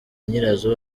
nyirazo